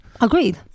agreed